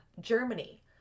Germany